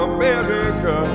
America